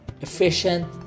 efficient